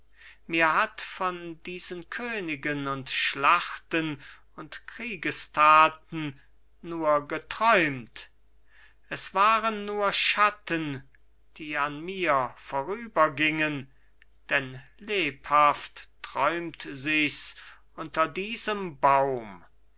mir hat von diesen königen und schlachten und kriegestaten nur geträumt es waren nur schatten die an mir vorübergingen denn lebhaft träumt sichs unter diesem baum